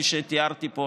כפי שתיארתי פה,